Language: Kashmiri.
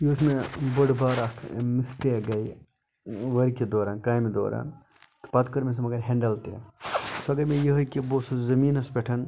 یۄس مےٚ بٔڑ بار اکھ مِسٹیک گٔے ؤرکہِ دوران کامہِ دوران پَتہٕ کٔر مےٚ سۄ مگر ہیٚنڈِل تہِ سۄ گٔے مےٚ یِہے کہِ بہٕ اوسُس زمیٖنَس پٮ۪ٹھ